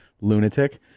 lunatic